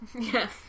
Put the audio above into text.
Yes